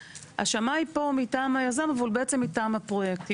השמאי פה הוא מטעם היזם אבל הוא בעצם מטעם הפרויקט.